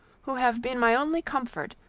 who have been my only comfort,